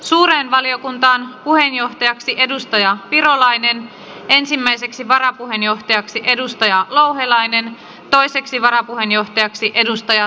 suureen valiokuntaan puheenjohtajaksi edustaja on virolainen ensimmäiseksi varapuheenjohtajaksi edustajat louhelainen toiseksi varapuheenjohtajaksi edustaja